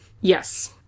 yes